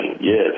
Yes